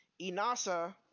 Inasa